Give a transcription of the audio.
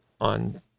on